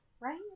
right